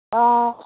अँ